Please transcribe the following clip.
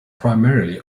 primarily